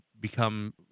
become